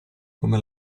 come